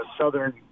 Southern